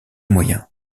moyen